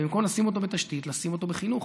ובמקום לשים אותו בתשתית לשים אותו בחינוך,